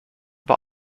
war